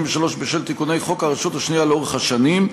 33 בשל תיקוני חוק הרשות השנייה לאורך השנים,